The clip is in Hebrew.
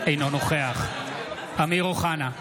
אינו נוכח אמיר אוחנה,